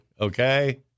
Okay